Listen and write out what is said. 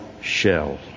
shell